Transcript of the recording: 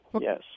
Yes